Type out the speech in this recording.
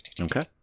Okay